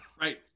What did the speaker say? Right